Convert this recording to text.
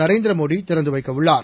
நரேந்திரமோடி திறந்து வைக்க உள்ளார்